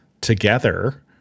together